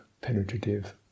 penetrative